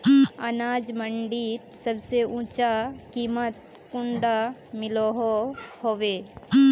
अनाज मंडीत सबसे ऊँचा कीमत कुंडा मिलोहो होबे?